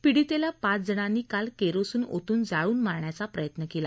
पीडितेला पाच जणांनी काल केरोसीन ओतून जाळून मारण्याचा प्रयत्न केला